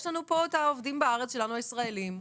כי יש לנו את העובדים הישראלים שלנו בארץ,